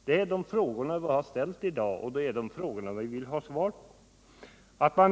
Det är en av de frågor vi ställt i dag, och de frågorna vill vi ha svar på.